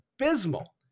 abysmal